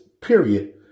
period